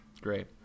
Great